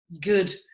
Good